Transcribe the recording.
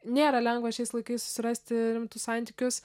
nėra lengva šiais laikais susirasti rimtus santykius